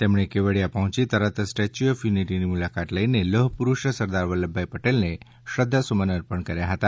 તેમણે કેવડિયા પહોંચી તરત સ્ટેચ્યૂ ઓફ યુનિટીની મુલાકાત લઈને લોહપુરુષ સરદાર વલ્લભભાઈ પટેલને શ્રદ્ધાસુમન અર્પણ કર્યા હતા